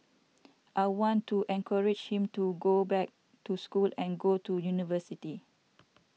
I want to encourage him to go back to school and go to university